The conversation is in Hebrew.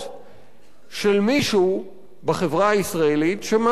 של מישהו בחברה הישראלית שמאמין בדעות האלה.